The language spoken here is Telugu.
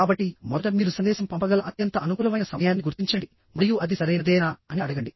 కాబట్టి మొదట మీరు సందేశం పంపగల అత్యంత అనుకూలమైన సమయాన్ని గుర్తించండి మరియు అది సరైనదేనా అని అడగండి